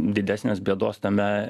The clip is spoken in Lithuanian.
didesnės bėdos tame